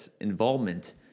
involvement